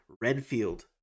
Redfield